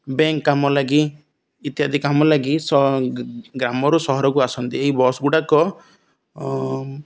bank କାମ ଲାଗି ଇତ୍ୟାଦି କାମ ଲାଗି ଗ୍ରାମରୁ ସହରକୁ ଆସନ୍ତି ଏହି ବସ୍ଗୁଡ଼ାକ